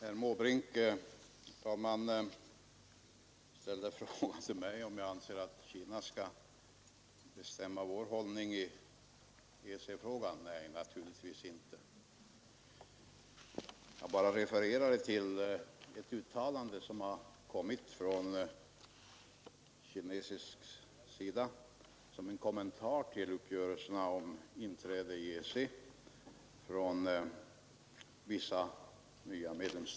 Nr 138 Herr talmagt Herr Mäbzink Fälde frågan till mig; om jag ARA att Tisdageniden Kina skall bestämma vår hållning i EEC-frågan. Nej, naturligtvis inte. Jag 10rdecember-1972. refererade bara till ett uttalande, som kommit från kinesiskt håll såsom 2 en kommentar till uppgörelserna om vissa nya medlemsstaters inträde i Avtal med EEC, EEC.